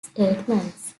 statements